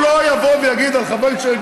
בשחיתות,